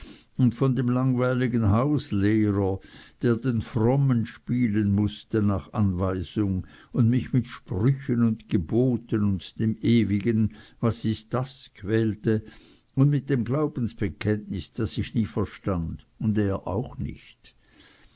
und von dem langweiligen hauslehrer der den frommen spielen mußte nach anweisung und mich mit sprüchen und geboten und dem ewigen was ist das quälte und mit dem glaubensbekenntnis das ich nie verstand und er auch nicht